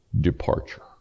departure